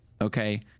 okay